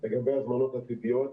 לגבי הזמנות עתידיות,